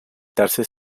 tercer